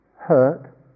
hurt